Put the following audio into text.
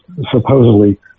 supposedly